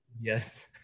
Yes